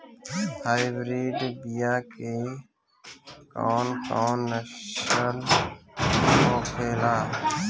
Hybrid बीया के कौन कौन नस्ल होखेला?